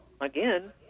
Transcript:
again